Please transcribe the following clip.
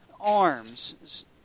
arms